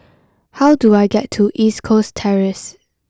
how do I get to East Coast Terrace